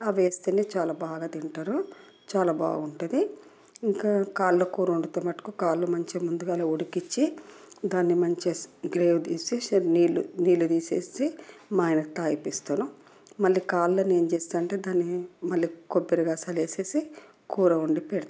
అవి వేస్తేనే చాలా బాగా తింటారు చాలా బాగుంటుంది ఇంకా కాళ్ల కూర వండితే మటుకు కాళ్లు మంచిగా ముందుగానే ఉడికిచ్చి దాన్ని మంచిగా గ్రేవ్ తీసి నీళ్లు నీళ్లు తీసేసి మా ఆయనకు తాగిపిస్తాను మళ్ళీ కాళ్లను ఏమి చేస్తానంటే దాన్ని మళ్ళీ కొబ్బరి గసాలు వేసేసి కూర వండి పెడతా